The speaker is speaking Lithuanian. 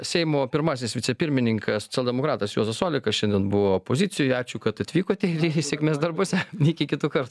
seimo pirmasis vicepirmininkas cialdemokratas juozas olekas šiandien buvo pozicijoj ačiū kad atvykote ir i sėkmės darbuose iki kitų kartų